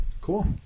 Cool